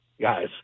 guys